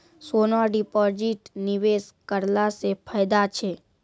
सोना deposit निवेश करला से फैदा छै?